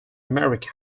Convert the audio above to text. america